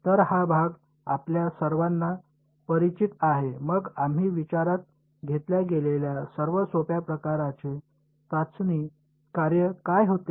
तर हा भाग आपल्या सर्वांना परिचित आहे मग आम्ही विचारात घेतल्या गेलेल्या सर्वात सोप्या प्रकारचे चाचणी कार्य काय होते